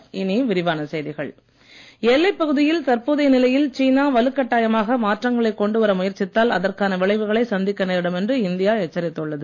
வெளியுறவு எல்லைப் பகுதியில் தற்போதைய நிலையில் சீனா வலுக்கட்டாயமாக மாற்றங்களை கொண்டு வர முயற்சித்தால் அதற்கான விளைவுகளை சந்திக்க நேரிடும் என்று இந்தியா எச்சரித்துள்ளது